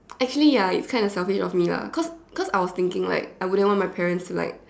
actually ya it's kind of selfish me lah cause cause I was thinking like I wouldn't want my parents to like